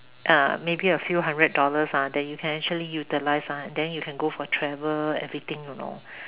uh maybe a few hundred dollars ah then you can actually utilise ah then you can go for travel everything you know